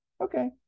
okay